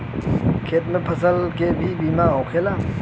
खेत के फसल के भी बीमा होला का?